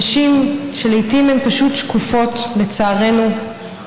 נשים שלעיתים הן פשוט שקופות, לצערנו,